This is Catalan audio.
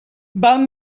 val